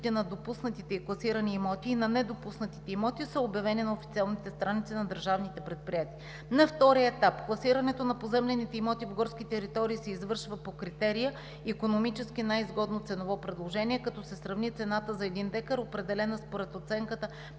на допуснатите и класирани имоти и на недопуснатите имоти са обявени на официалните страници на държавните предприятия. На втория етап класирането на поземлените имоти в горски територии се извършва по критерия „икономически най-изгодно ценово предложение“, като се сравни цената за един декар, определена според оценката